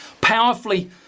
powerfully